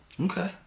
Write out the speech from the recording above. Okay